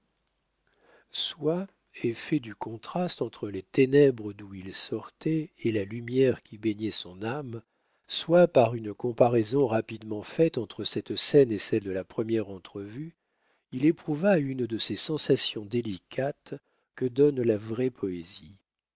soit effet du contraste entre les ténèbres d'où il sortait et la lumière qui baignait son âme soit par une comparaison rapidement faite entre cette scène et celle de la première entrevue il éprouva une de ces sensations délicates que donne la vraie poésie